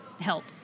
help